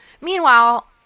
Meanwhile